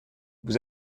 vous